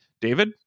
David